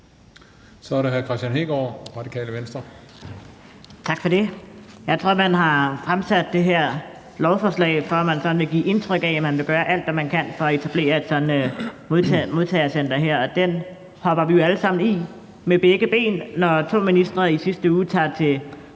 Kl. 17:11 Kristian Hegaard (RV): Tak for det. Jeg tror, at man har fremsat det her lovforslag, for at man sådan vil give indtryk af, at man vil gøre alt, hvad man kan, for at etablere et sådant modtagecenter. Og den hopper vi jo alle sammen i med begge ben, når to ministre i sidste uge – timet